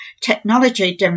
technology